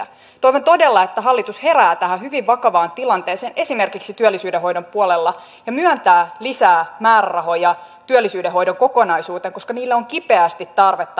toivon todella että hallitus herää tähän hyvin vakavaan tilanteeseen esimerkiksi työllisyyden hoidon puolella ja myöntää lisää määrärahoja työllisyydenhoidon kokonaisuuteen koska niille on kipeästi tarvetta alueilla